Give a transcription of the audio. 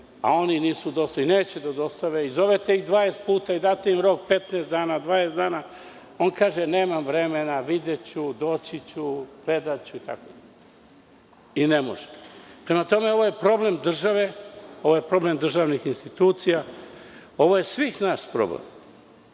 a oni nisu dostavili i neće da dostave. Zovete ih 20 puta i date im rok 15 – 20 dana, a oni kažu – nemam vremena, videću, predaću itd. Prema tome ovo je problem države, ovo je problem državnih institucija, ovo je svih nas problem.